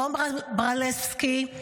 רום ברסלבסקי,